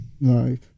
Right